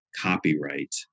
copyright